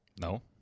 No